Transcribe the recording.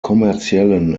kommerziellen